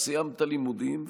סיימת לימודים,